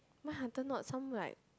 my hunter not some like